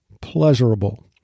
pleasurable